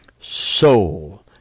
soul